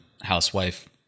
housewife